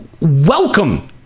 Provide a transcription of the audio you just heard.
welcome